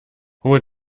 hohe